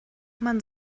man